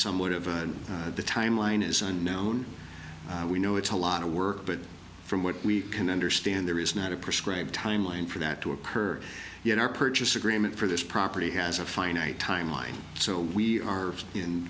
somewhat of the timeline is unknown we know it's a lot of work but from what we can understand there is not a prescribed time line for that to occur in our purchase agreement for this property has a finite timeline so we are in